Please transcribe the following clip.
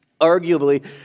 Arguably